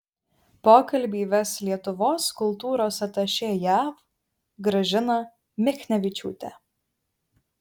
pokalbį ves lietuvos kultūros atašė jav gražina michnevičiūtė